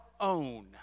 own